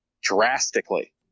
drastically